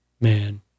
man